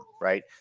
right